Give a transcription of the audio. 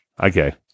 Okay